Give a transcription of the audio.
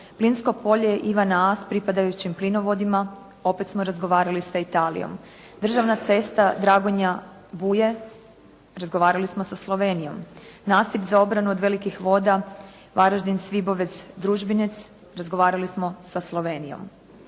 Plinsko polje Ivana A sa pripadajućim plinovodima, opet smo razgovarali sa Italijom. Državna cesta Dragonja-Buje razgovarali smo sa Slovenijom. Nasip za obranu od velikih voda Varaždin-Svibovec-Družbinec, razgovarali smo sa Slovenijom.